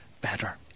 better